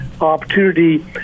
opportunity